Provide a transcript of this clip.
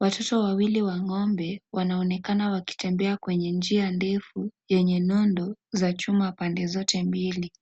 Watoto wawili wa ng'ombe wanaonekana wakitembea kwenye njia ndefu yenye nundu za chuma pande zote mbili.